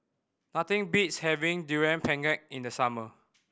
nothing beats having Durian Pengat in the summer